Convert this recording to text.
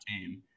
team